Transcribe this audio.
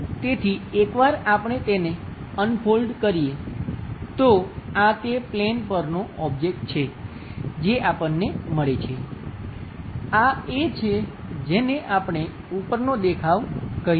તેથી એકવાર આપણે તેને અનફોલ્ડ કરીએ તો આ તે પ્લેન પરનો ઓબ્જેક્ટ છે જે આપણને મળે છે આ એ છે જેને આપણે ઉપરનો દેખાવ કહીએ છીએ